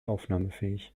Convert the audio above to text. aufnahmefähig